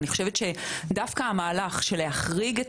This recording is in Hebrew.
אני חושבת שדווקא המהלך של להחריג את